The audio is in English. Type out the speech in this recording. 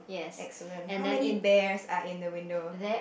excellent how many bears are in the window